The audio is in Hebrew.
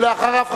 אחריו,